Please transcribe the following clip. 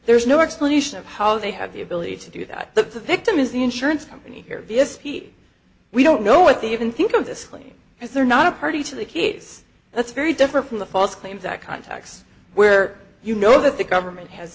there's no explanation of how they have the ability to do that the victim is the insurance company here v s p we don't know what they even think of this claim because they're not a party to the case that's very different from the false claims that contacts where you know that the government has